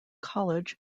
college